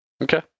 Okay